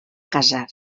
casar